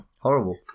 horrible